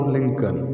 Lincoln